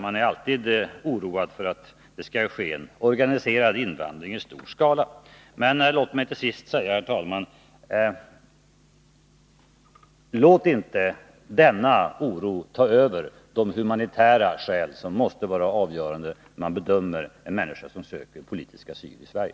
Man är alltså oroad för att det skall ske en organiserad invandring i stor skala. Men låt mig till sist säga: Låt inte denna oro ta över de humanitära skäl som måste vara avgörande när man bedömer en människa som söker politisk asyl i Sverige.